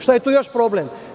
Šta je tu još problem?